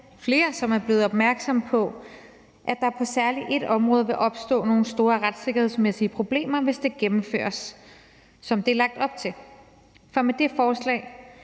flere, som er blevet opmærksomme på, at der på særlig ét område vil opstå nogle store retssikkerhedsmæssige problemer, hvis det gennemføres, som det er lagt op til. For med det forslag